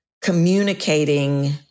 communicating